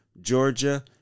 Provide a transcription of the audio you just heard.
Georgia